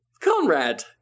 Conrad